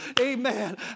amen